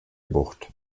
bucht